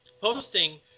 posting